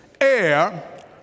air